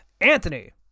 Anthony